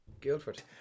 Guildford